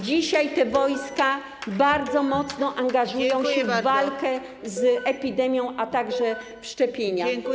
Dzisiaj te wojska bardzo mocno angażują się w walkę z epidemią, a także w szczepienia.